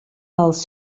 als